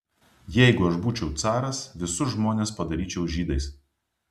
jeigu aš būčiau caras visus žmonės padaryčiau žydais